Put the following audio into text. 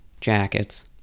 jackets